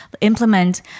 implement